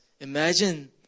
imagine